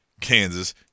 Kansas